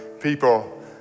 people